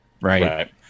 right